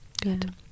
good